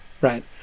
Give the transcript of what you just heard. right